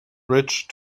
bridge